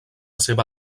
seva